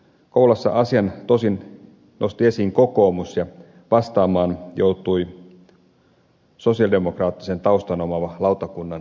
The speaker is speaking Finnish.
kouvolassa asian tosin nosti esiin kokoomus ja vastaamaan joutui sosialidemokraattisen taustan omaava lautakunnan puheenjohtaja